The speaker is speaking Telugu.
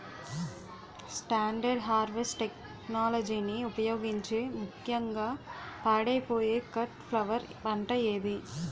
స్టాండర్డ్ హార్వెస్ట్ టెక్నాలజీని ఉపయోగించే ముక్యంగా పాడైపోయే కట్ ఫ్లవర్ పంట ఏది?